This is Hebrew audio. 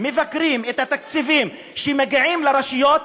מבקרים את התקציבים שמגיעים לרשויות,